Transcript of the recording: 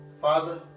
Father